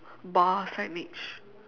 bar signage